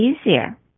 easier